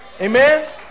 Amen